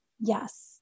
Yes